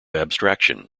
abstraction